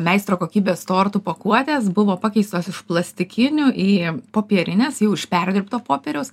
meistro kokybės tortų pakuotės buvo pakeistos iš plastikinių į popierines jau iš perdirbto popieriaus